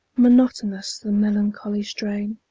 monotonous the melancholy strain,